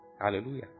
Hallelujah